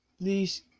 please